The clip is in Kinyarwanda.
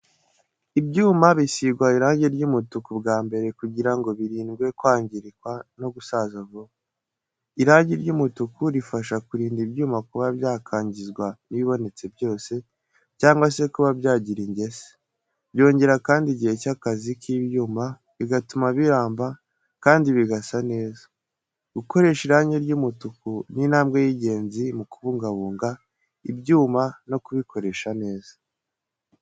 Ibyuma bisigwa irangi ry’umutuku bwa mbere kugira ngo birindwe kwangirika no gusaza vuba. Irangi ry’umutuku rifasha kurinda ibyuma kuba byakangizwa n’ibibonetse byose cyangwa se kuba byagira ingese. Byongera kandi igihe cy’akazi k’ibyuma, bigatuma biramba kandi bigasa neza. Gukoresha irangi ry’umutuku ni intambwe y’ingenzi mu kubungabunga ibyuma no kubikoresha neza.